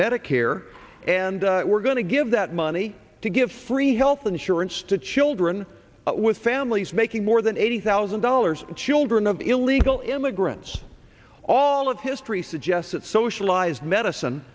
medicare and we're going to give that money to give free health insurance to children with families making more than eighty thousand dollars children of illegal immigrants all of history suggests that socialized medicine